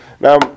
Now